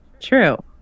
true